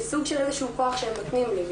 זה סוג של איזשהו כוח שהם נותנים לי,